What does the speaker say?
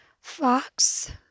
Fox